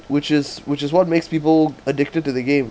which is which is what makes people addicted to the game